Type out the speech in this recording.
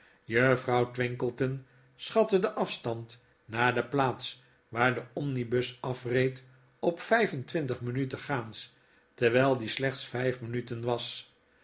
juffrouw twinkleton schatte den afstand naar de plaats waar de omnibus afreed op vyf en twintig minuten gaans terwyl die slechts vyf minuten was